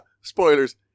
spoilers